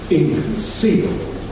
inconceivable